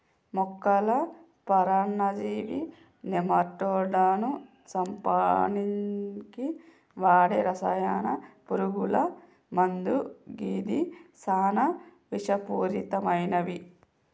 మొక్కల పరాన్నజీవి నెమటోడ్లను సంపనీకి వాడే రసాయన పురుగుల మందు గిది సానా విషపూరితమైనవి